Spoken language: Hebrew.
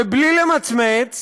ובלי למצמץ